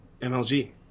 MLG